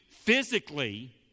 Physically